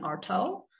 Arto